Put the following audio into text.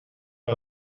que